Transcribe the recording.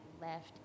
left